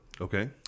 Okay